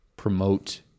Promote